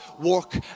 work